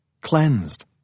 cleansed